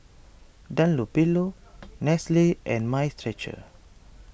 Dunlopillo Nestle and Mind Stretcher